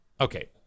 okay